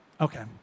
Okay